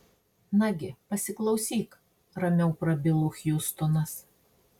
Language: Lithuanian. nagi pasiklausyk ramiau prabilo hjustonas